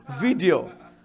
video